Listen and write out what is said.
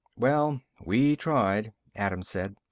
well, we tried, adams said.